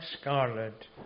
scarlet